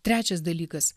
trečias dalykas